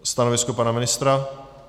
Stanoviska pana ministra?